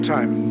time